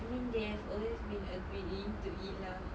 I mean they have always been agreeing to it lah